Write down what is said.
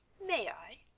may i?